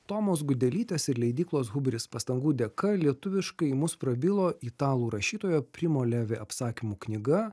tomos gudelytės ir leidyklos hubris pastangų dėka lietuviškai į mus prabilo italų rašytojo primo levi apsakymų knyga